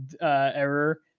error